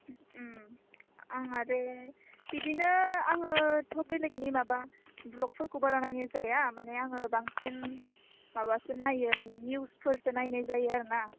ओम आं आरो बिदिनो आङोथ' बेलेगनि माबा ब्लगफोरखौ बारा नायनाय जाया माने आङो बांसिन माबासो नायो माने निउसफोरसो नायनाय जायो आरो ना